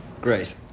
Great